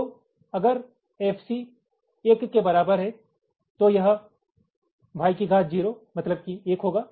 तो अगर एफसी 1 के बराबर है तो यह y की घात 0 मतलब कि 1 होगा